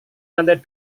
lantai